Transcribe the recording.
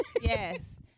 yes